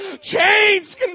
Chains